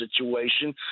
situation